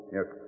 Yes